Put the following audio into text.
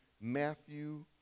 Matthew